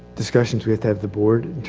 discussions with have the board